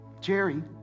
Jerry